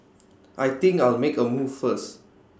I think I'll make A move first